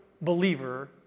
believer